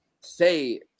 say